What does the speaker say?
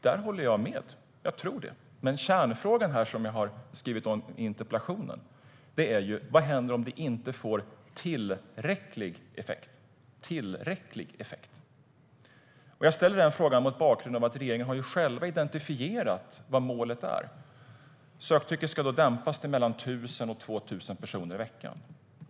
Där håller jag med. Jag tror också det. Men kärnfrågan i interpellationen är: Vad händer om det inte får tillräcklig effekt? Jag ställer den frågan mot bakgrund av att regeringen själv har identifierat vad målet är. Söktrycket ska dämpas till mellan 1 000 och 2 000 personer i veckan.